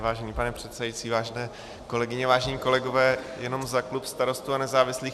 Vážený pane předsedající, vážené kolegyně, vážení kolegové, jenom za klub Starostů a nezávislých.